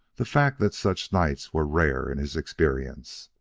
the fact that such nights were rare in his experience.